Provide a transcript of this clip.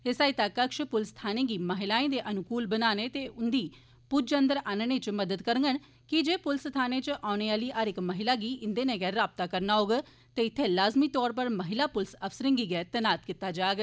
एह् सहायता कक्ष प्लस थानें गी महिलाएं दे अनुकूल बनाने ते उंदी पुज्ज अंदर आह्नने च मदाद करड़न कीजे प्लस थाने च औने आह्ली हर इक महिला गी इंदे' नै गै राबता करना होग ते इत्थे लाज़मी तौर पर महिला प्लस अफसरें गी गै तैनात कीता जाग